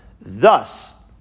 Thus